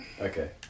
okay